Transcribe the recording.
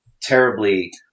terribly